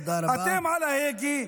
אתם על ההגה.